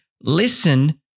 listen